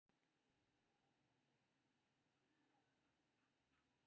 सांस्कृतिक उद्यमशीलता सामाजिक भूमिका पुनर्कल्पना आ नव व्यवहार कें प्रेरित करै छै